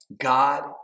God